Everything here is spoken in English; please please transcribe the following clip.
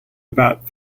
about